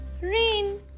rain